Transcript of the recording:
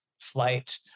flight